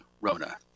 Rona